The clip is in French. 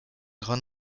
grand